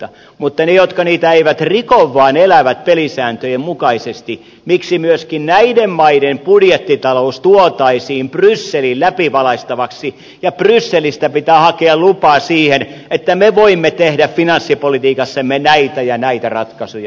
mutta ne jotka niitä eivät riko vaan elävät pelisääntöjen mukaisesti miksi myöskin näiden maiden budjettitalous tuotaisiin brysselin läpivalaistavaksi ja brysselistä pitää hakea lupa siihen että me voimme tehdä finanssipolitiikassamme näitä ja näitä ratkaisuja